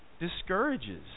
discourages